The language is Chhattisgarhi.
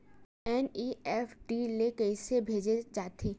एन.ई.एफ.टी ले कइसे भेजे जाथे?